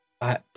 I-